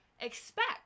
expect